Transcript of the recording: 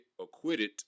acquitted